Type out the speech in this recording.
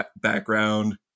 background